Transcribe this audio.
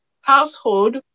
household